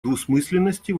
двусмысленности